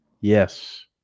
Yes